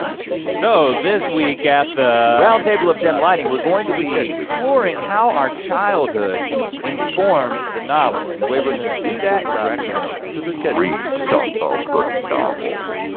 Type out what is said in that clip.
ah so this week at the? round table of dim lighting, we're going to be exploring how our childhood informed the novel, and the way we're gonna do that is we're actually gonna read some of the novel.